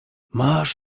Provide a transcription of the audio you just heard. masz